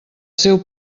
seu